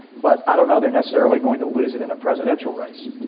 but i don't know they're necessarily going to lose it in a presidential race.